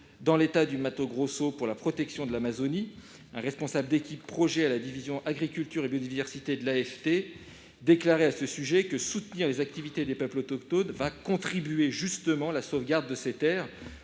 dans l'État du Mato Grosso, pour la protection de l'Amazonie. Un responsable d'équipe projet à la division agriculture et biodiversité de l'AFD a déclaré à ce sujet que soutenir les activités des peuples autochtones va contribuer justement à la sauvegarde de ces terres.